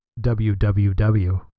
www